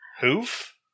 Hoof